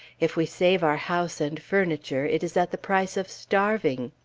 if we save our house and furniture, it is at the price of starving.